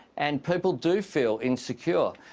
and people do feel insecure.